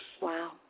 Wow